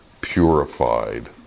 purified